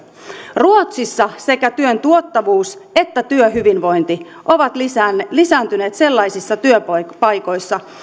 ruotsissa sekä työn tuottavuus että työhyvinvointi ovat lisääntyneet lisääntyneet sellaisissa työpaikoissa